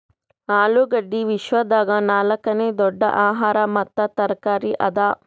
ಆಲೂಗಡ್ಡಿ ವಿಶ್ವದಾಗ್ ನಾಲ್ಕನೇ ದೊಡ್ಡ ಆಹಾರ ಮತ್ತ ತರಕಾರಿ ಅದಾ